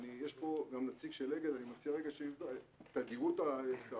יש פה גם נציג של אגד אני מציע ש- -- תדירות ההסעות,